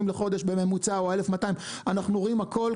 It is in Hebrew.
לחודש בממוצע או 1,200 אנחנו רואים הכול,